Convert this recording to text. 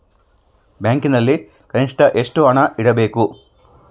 ಬ್ಯಾಂಕಿನಲ್ಲಿ ಕನಿಷ್ಟ ಎಷ್ಟು ಹಣ ಇಡಬೇಕು?